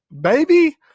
baby